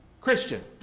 Christian